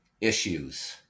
issues